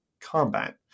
combat